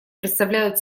представляют